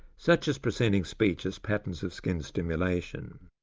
such as presenting speech as patterns of skin simulation.